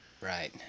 right